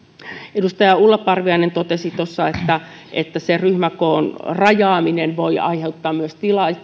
edustaja ulla parviainen totesi että että se ryhmäkoon rajaaminen voi aiheuttaa myös